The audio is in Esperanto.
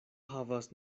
havas